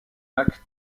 lac